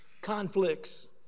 Conflicts